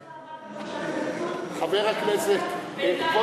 אי-אפשר, בממשלת הליכוד.